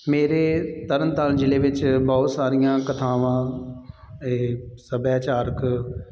ਮੇਰੇ ਤਰਨ ਤਾਰਨ ਜ਼ਿਲ੍ਹੇ ਵਿੱਚ ਬਹੁਤ ਸਾਰੀਆਂ ਕਥਾਵਾਂ ਸੱਭਿਆਚਾਰਕ